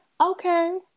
okay